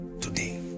today